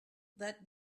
that